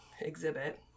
exhibit